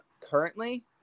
currently